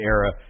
Era